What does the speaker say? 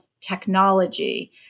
technology